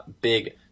big